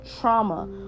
trauma